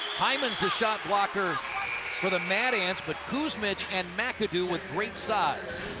hyman's the shot blocker for the mad ants, but kuzmic and mcadoo with great size.